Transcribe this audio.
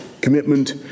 commitment